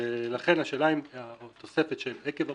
לכן השאלה היא האם התוספת של "עקב הפטירה"